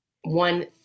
one